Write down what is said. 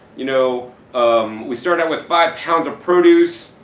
you know um we started out with five pounds of produce,